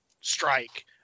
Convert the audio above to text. strike